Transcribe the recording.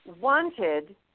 wanted